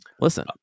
Listen